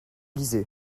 lisez